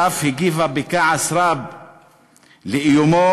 ואף הגיבה בכעס רב על איומו,